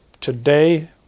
today